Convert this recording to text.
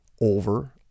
over